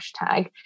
hashtag